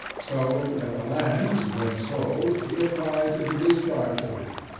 so that the lands when sold be applied to the discharge of it,